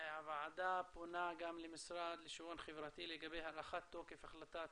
הוועדה פונה גם למשרד לשוויון חברתי לגבי הארכת תוקף החלטת